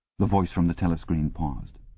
the voice from the telescreen paused.